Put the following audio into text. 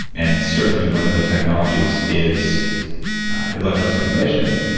and certainly, one of the technologies is electrical stimulation,